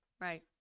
Right